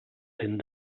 cent